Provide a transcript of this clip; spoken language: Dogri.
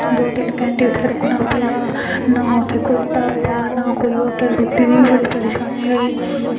दो तिन्न घैंटे उत्थें रुकना पेआ ना उत्थें कोई ढाबा ना कोई होटल रुट्टी दी बड़ी परेशानी होई